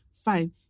fine